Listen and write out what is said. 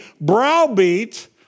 browbeat